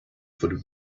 for